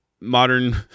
modern